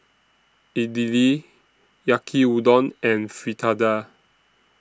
Idili Yaki Udon and Fritada